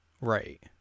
Right